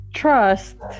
trust